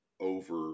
over